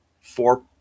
four